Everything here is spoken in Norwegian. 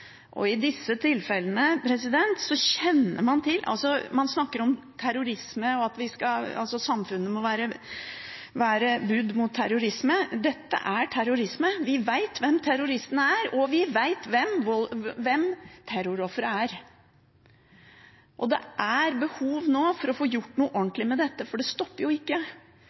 Man snakker om terrorisme og at samfunnet må være budd på terrorisme. Dette er terrorisme, og i disse tilfellene vet vi hvem terroristen er, og vi vet hvem terrorofferet er. Det er nå behov for å få gjort noe ordentlig med dette, for det stopper jo ikke.